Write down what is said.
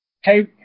Hey